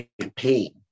campaign